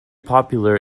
popular